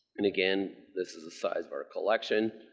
and again, this is the size of our collection,